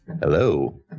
Hello